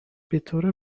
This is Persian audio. بطور